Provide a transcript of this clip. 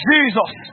Jesus